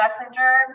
messenger